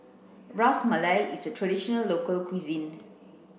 Ras Malai is a traditional local cuisine